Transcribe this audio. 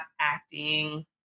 acting